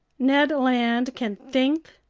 ned land can think,